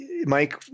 Mike